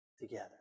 together